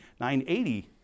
980